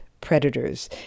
predators